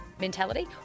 mentality